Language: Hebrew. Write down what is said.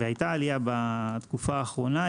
והייתה עלייה בתקופה האחרונה,